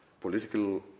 political